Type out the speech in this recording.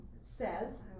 says